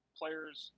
players